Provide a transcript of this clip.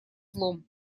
злом